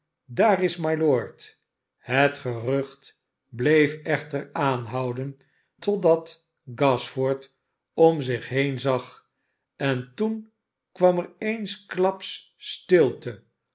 daar is mylord het gerucht bleef echter aanhouden totdat gashford om zich heenzag en toen kwam er eensklaps stilte